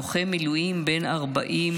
לוחם מילואים בן 40,